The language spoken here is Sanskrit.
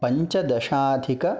पञ्चदशाधिक